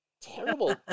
Terrible